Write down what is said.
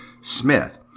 Smith